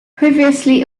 previously